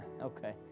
Okay